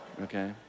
okay